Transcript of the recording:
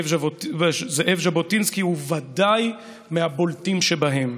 זאב ז'בוטינסקי הוא ודאי מהבולטים שבהם.